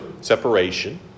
separation